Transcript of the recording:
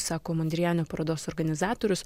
sako mondriano parodos organizatorius